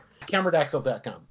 Cameradactyl.com